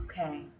okay